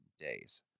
days